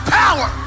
power